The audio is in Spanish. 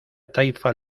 taifa